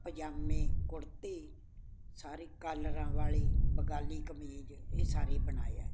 ਪਜਾਮੇ ਕੁੜਤੇ ਸਾਰੇ ਕਾਲਰਾਂ ਵਾਲੇ ਬੰਗਾਲੀ ਕਮੀਜ਼ ਇਹ ਸਾਰੇ ਬਣਾਏ ਆ